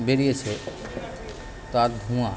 বেরিয়েছে তার ধোঁয়া